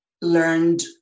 learned